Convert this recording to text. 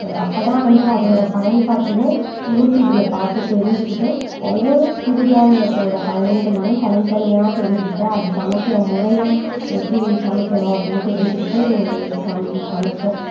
அப்போ தான் வந்து அதோடய பயன்பாட்டையும் யூடியூப்ல பார்த்து தெரிஞ்சுக்கிட்டு ஒவ்வொரு சிறு தானியத்தோட பயன்களையும் தனித்தனியாக தெரிஞ்சிக்கிட்டு அதை சமைக்கிற முறையும் எப்படி சமைக்கணும் அப்படின்னு தெரிஞ்சிக்கிட்டு சமைச் சமைத்தோம்